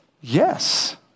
Yes